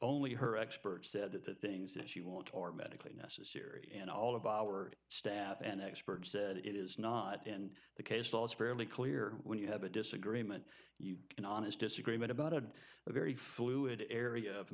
only her experts said that the things that she wants or medically necessary and all of our staff and experts said it is not and the case law is fairly clear when you have a disagreement you can honest disagreement about it a very fluid area of